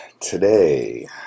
today